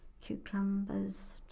cucumbers